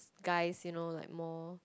guys you know like more